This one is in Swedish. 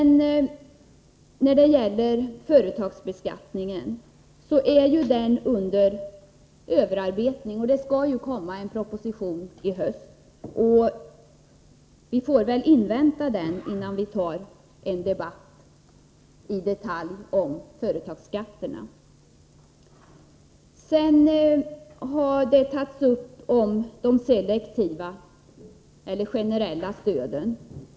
När det gäller företagsbeskattningen vill jag säga att den ju är under överarbetning. Det skall komma en proposition i höst, och vi får väl invänta den, innan vi tar en debatt i detalj om företagsskatterna. Man har tagit upp frågan om selektiva eller generella stöd.